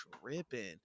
tripping